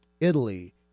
Italy